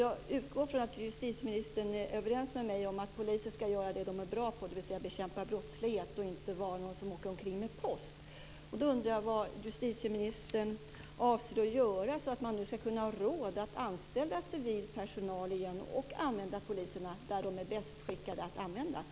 Jag utgår från att justitieministern är överens med mig om att poliser ska göra det som de är bra på, dvs. bekämpa brottslighet och inte åka runt med post. Jag undrar därför vad justitieministern avser att göra så att man ska ha råd att anställa civil personal igen och använda poliserna där de är bäst skickade att användas.